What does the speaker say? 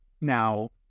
Now